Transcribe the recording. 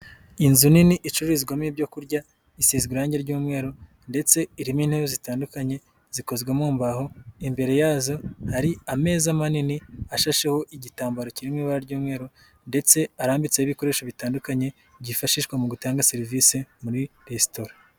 inzu nini icururizwamo ibyo kurya isize irangi ry'umweru ndetse irimo intebe zitandukanye zikozwe mu mbaho imbere yazo hari ameza manini ashasheho igitambaro kiri mu ibara ry'umweru ndetse arambitseho ibikoresho bitandukanye byifashishwa mu gutanga serivisi muri resitora.